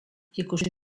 ikusi